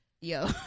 yo